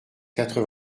quatre